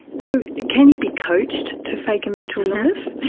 so can you be coached to fake a mental illness,